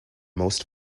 most